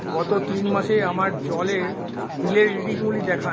গত তিন মাসের আমার জলের বিলের রিডিংগুলি দেখান